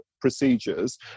procedures